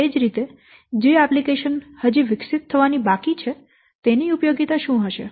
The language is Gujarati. એ જ રીતે જે એપ્લિકેશન હજી વિકસિત થવાની બાકી છે તેની ઉપયોગીતા શું હશે